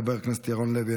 חבר הכנסת עודד פורר,